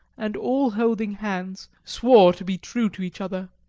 and, all holding hands, swore to be true to each other.